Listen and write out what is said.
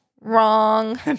Wrong